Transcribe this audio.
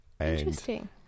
Interesting